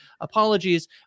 apologies